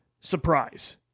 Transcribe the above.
surprise